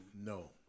No